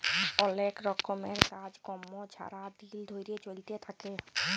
অলেক রকমের কাজ কম্ম ছারা দিল ধ্যইরে চইলতে থ্যাকে